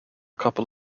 couple